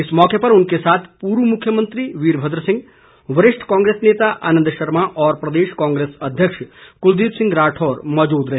इस मौके उनके साथ पूर्व मुख्यमंत्री वीरभद्र सिंह वरिष्ठ कांग्रेस नेता आनंद शर्मा और प्रदेश कांग्रेस अध्यक्ष कुलदीप राठौर मौजूद रहे